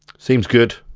seems good,